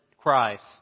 Christ